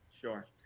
Sure